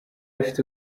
ifite